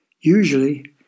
Usually